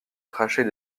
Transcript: crachait